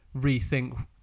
rethink